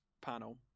panel